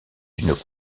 une